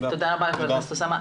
תודה רבה ח"כ אוסאמה.